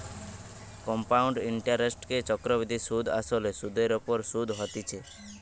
compound ইন্টারেস্টকে চক্রবৃদ্ধি সুধ আসলে সুধের ওপর শুধ হতিছে